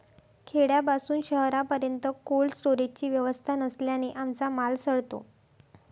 खेड्यापासून शहरापर्यंत कोल्ड स्टोरेजची व्यवस्था नसल्याने आमचा माल सडतो